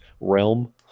realm